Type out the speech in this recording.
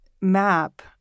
map